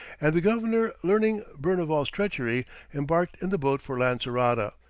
and the governor learning berneval's treachery embarked in the boat for lancerota,